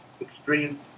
extreme